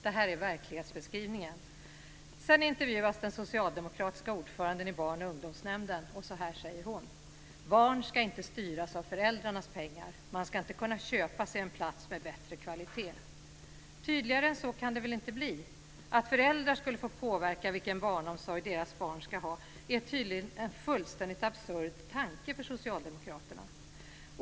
Det här är verklighetsbeskrivningen. Sedan intervjuas den socialdemokratiska ordföranden i barn och ungdomsnämnden. Så här säger hon: Barn ska inte styras av föräldrarnas pengar. Man ska inte kunna köpa sig en plats med bättre kvalitet. Tydligare än så kan det väl inte bli. Att föräldrar skulle få påverka vilken barnomsorg deras barn ska ha är tydligen en fullständigt absurd tanke för socialdemokraterna.